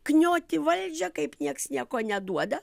knioti valdžią kaip nieks nieko neduoda